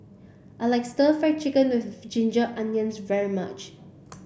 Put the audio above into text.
I like stir fried chicken with ginger onions very much